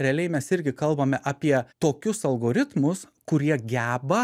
realiai mes irgi kalbame apie tokius algoritmus kurie geba